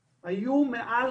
בעבודה.